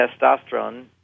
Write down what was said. testosterone